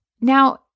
Now